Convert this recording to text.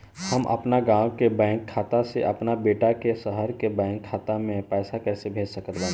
हम अपना गाँव के बैंक खाता से अपना बेटा के शहर के बैंक खाता मे पैसा कैसे भेज सकत बानी?